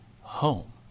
home